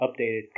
updated